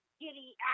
giddy